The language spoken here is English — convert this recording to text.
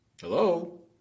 Hello